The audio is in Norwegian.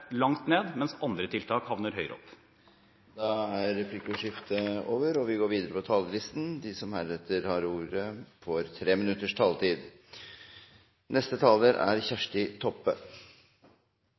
langt ned, mens andre tiltak havner høyere opp. Replikkordskiftet er omme. De talere som heretter får ordet, har en taletid